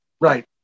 Right